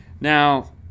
now